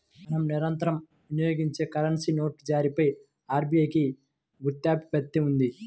మనం నిరంతరం వినియోగించే కరెన్సీ నోట్ల జారీపై ఆర్బీఐకి గుత్తాధిపత్యం ఉంది